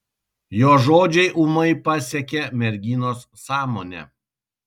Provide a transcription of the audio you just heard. jo žodžiai ūmai pasiekė merginos sąmonę